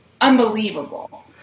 unbelievable